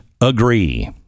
agree